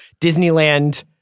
Disneyland